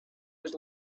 was